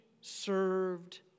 served